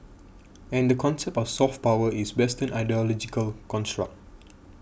and the concept of soft power is Western ideological construct